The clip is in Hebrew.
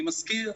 אני מזכיר,